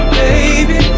baby